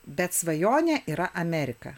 bet svajonė yra amerika